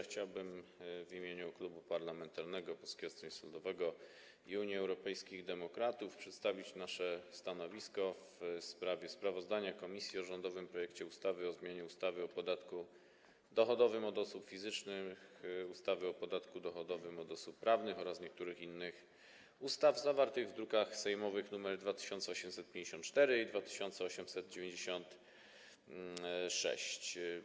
Chciałbym w imieniu Klubu Poselskiego Polskiego Stronnictwa Ludowego - Unii Europejskich Demokratów przedstawić nasze stanowisko w sprawie sprawozdania komisji o rządowym projekcie ustawy o zmianie ustawy o podatku dochodowym od osób fizycznych, ustawy o podatku dochodowym od osób prawnych oraz niektórych innych ustaw, druki sejmowe nr 2854 i 2896.